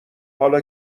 حالا